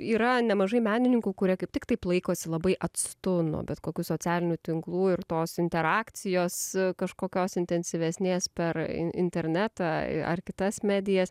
yra nemažai menininkų kurie kaip tiktai taip laikosi labai atstu nuo bet kokių socialinių tinklų ir tos interakcijos kažkokios intensyvesnės per in internetą ar kitas medijas